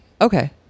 Okay